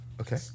Okay